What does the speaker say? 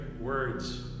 words